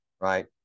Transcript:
right